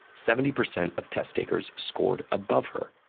seventy percent of test takers scored above her.